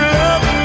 love